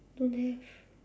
don't have